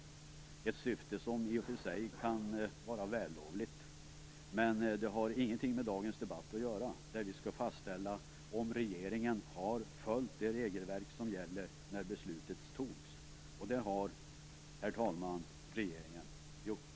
Det är ett syfte som i och för sig kan vara vällovligt, men det har ingenting med dagens debatt att göra. Här skall vi fastställa om regeringen har följt det regelverk som gällde när beslutet fattades. Det har, herr talman, regeringen gjort.